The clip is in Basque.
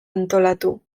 antolatu